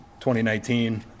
2019